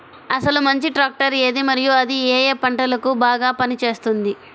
అసలు మంచి ట్రాక్టర్ ఏది మరియు అది ఏ ఏ పంటలకు బాగా పని చేస్తుంది?